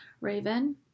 raven